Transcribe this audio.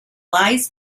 lies